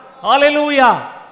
Hallelujah